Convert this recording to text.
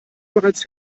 bereits